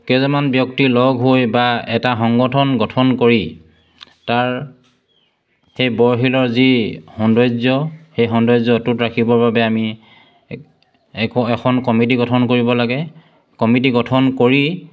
কেইজনমান ব্যক্তি লগ হৈ বা এটা সংগঠন গঠন কৰি তাৰ সেই বৰশিলৰ যি সৌন্দৰ্য সেই সৌন্দৰ্য অটুট ৰাখিবৰ বাবে আমি একো এখন কমিটি গঠন কৰিব লাগে কমিটি গঠন কৰি